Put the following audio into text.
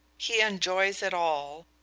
he enjoys it all,